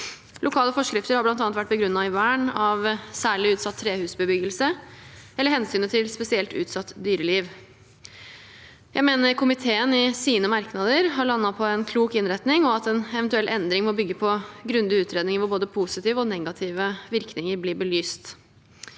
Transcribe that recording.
Lokale forskrifter har bl.a. vært begrunnet i vern av særlig utsatt trehusbebyggelse og hensynet til spesielt utsatt dyreliv. Jeg mener komiteen i sine merknader har landet på en klok innretning, og at en eventuell endring må bygge på grundige utredninger hvor både positive og negative virkninger blir belyst.